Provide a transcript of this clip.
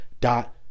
dot